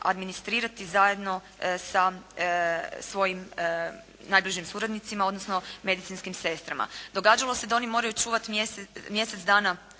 administrirati zajedno sa svojim najbližim suradnicima, odnosno medicinskim sestrama. Događalo se da oni moraju čuvati mjesec dana